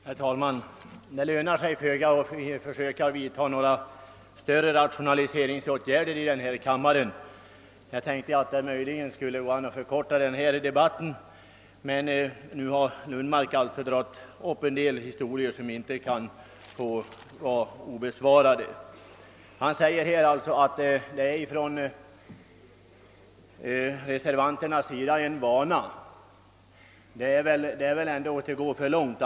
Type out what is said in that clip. Herr talman! Det lönar sig föga att försöka vidta rationaliseringsåtgärder i den här kammaren. Jag tänkte att det möjligen skulle kunna gå att förkorta denna debatt, men nu har herr Lundmark dragit upp en del historier som inte bör få stå oemotsagda. Han sade att reservanterna har för vana att ta upp sådana här saker, men det är väl att gå för långt.